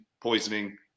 poisoning